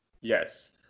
yes